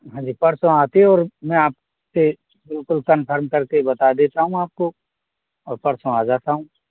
हाँ जी परसों आते हैं और मैं आपसे बिल्कुल कंफर्म करके बता देता हूँ आपको और परसों आ जाता हूँ